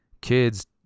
kids